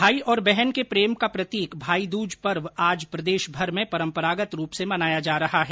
भाई और बहन के प्रेम का प्रतीक भाई दूज पर्व आज प्रदेशभर में परम्परागत रूप से मनाया जा रहा है